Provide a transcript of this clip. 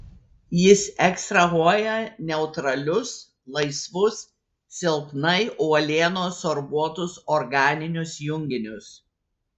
jis ekstrahuoja neutralius laisvus silpnai uolienos sorbuotus organinius junginius